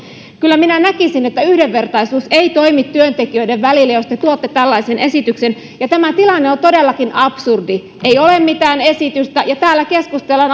kyllä minä näkisin että yhdenvertaisuus ei toimi työntekijöiden välillä jos te tuotte tällaisen esityksen tämä tilanne on todellakin absurdi ei ole mitään esitystä ja täällä keskustellaan